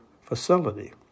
facility